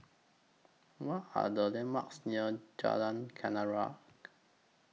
What Are The landmarks near Jalan Kenarah